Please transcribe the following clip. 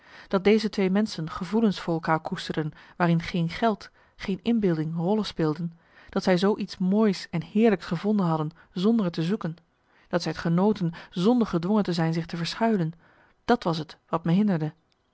dat deze twee menschen gevoelens voor elkaar koesterden waarin geen geld geen inbeelding rollen speelden dat zij zoo iets moois en heerlijks gevonden hadden zonder t te zoeken dat zij t genoten zonder gedwongen te zijn zich te verschuilen dat was t wat me hinderde